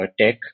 tech